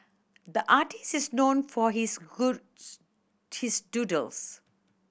the artist is known for his his doodles